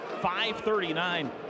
5-39